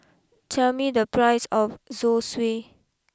tell me the price of Zosui